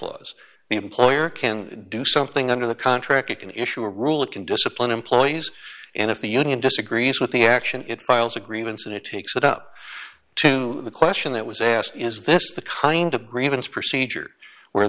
clause the employer can do something under the contract it can issue a rule it can discipline employees and if the union disagrees with the action it files agreements and it takes it up to the question that was asked is this the kind of grievance procedure where